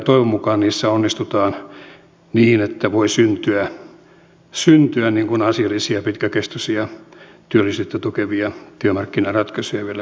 toivon mukaan niissä onnistutaan niin että voi syntyä asiallisia pitkäkestoisia työllisyyttä tukevia työmarkkinaratkaisuja vielä suomeen